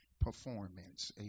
performance